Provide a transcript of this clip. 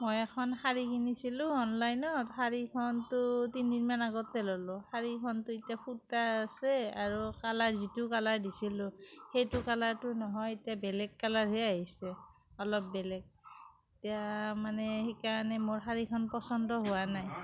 মই এখন শাড়ী কিনিছিলোঁ অনলাইনত শাড়ীখনতো তিনিদিনমান আগতেই ল'লোঁ শাড়ীখনতো এতিয়া সূতা আছে আৰু কালাৰ যিটো কালাৰ দিছিলোঁ সেইটো কালাৰটো নহয় এতিয়া বেলেগ কালাৰহে আহিছে অলপ বেলেগ এতিয়া মানে সেইকাৰণে মোৰ শাড়ীখন পচন্দ হোৱা নাই